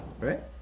Right